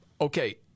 okay